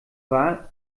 war